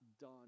done